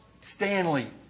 Stanley